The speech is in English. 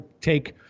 take